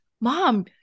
mom